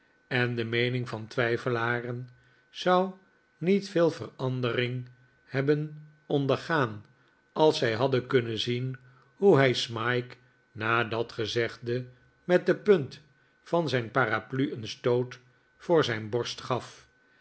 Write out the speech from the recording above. en de meening van twijfelaren zou niet veel verandering hebben ondergaan als zij hadden kunnen zien hoe hij smike na dat gezegde met de punt van zijn paraplu een stoot voor zijn borst gaf